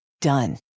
Done